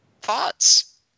thoughts